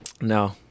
No